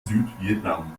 südvietnam